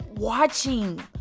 Watching